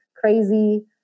crazy